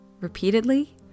repeatedly